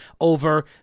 over